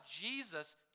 Jesus